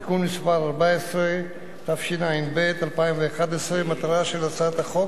(תיקון מס' 14), התשע"ב 2011. מטרת הצעת החוק,